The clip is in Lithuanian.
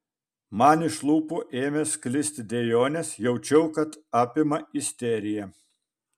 man iš lūpų ėmė sklisti dejonės jaučiau kad apima isterija